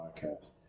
podcast